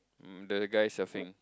the guy surfing